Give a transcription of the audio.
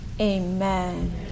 Amen